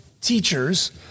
teachers